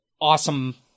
awesome